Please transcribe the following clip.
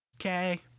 Okay